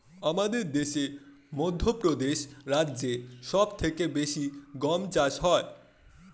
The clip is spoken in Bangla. আমাদের দেশে মধ্যপ্রদেশ রাজ্যে সব থেকে বেশি গম চাষ হয়